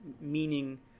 meaning